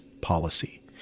policy